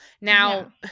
now